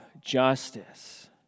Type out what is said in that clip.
justice